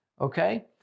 okay